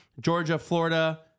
Georgia-Florida